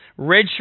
redshirt